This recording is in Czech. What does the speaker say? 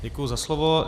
Děkuji za slovo.